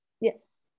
Yes